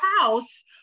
house